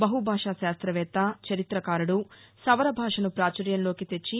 బహు భాషా శాస్త్రవేత్త చరిత్రకారుడు సవర భాషను పాచుర్యంలోకి తెచ్చి